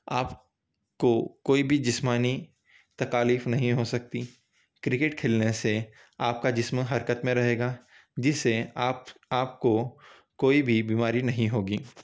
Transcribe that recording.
آپ کو کوئی بھی جسمانی تکالیف نہیں ہو سکتی کرکٹ کھیلنے سے آپ کا جسم حرکت میں رہے گا جسے آپ آپ کو کوئی بھی بیماری نہیں ہوگی